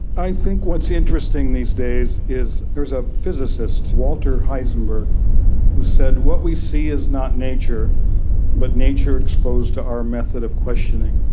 i think what's interesting these days is, there's a physicist walter heisenberg who said what we see is not nature but nature exposed to our method of questioning.